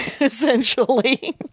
essentially